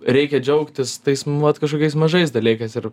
reikia džiaugtis tais nu vat kažkokiais mažais dalykais ir